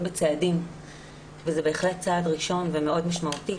בצעדים וזה בהחלט צעד ראשון ומאוד משמעותי.